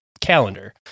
calendar